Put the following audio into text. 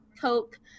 Coke